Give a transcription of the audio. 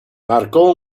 marcó